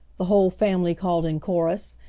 the whole family called in chorus,